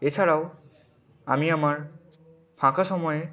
এ ছাড়াও আমি আমার ফাঁকা সময়ে